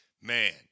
Man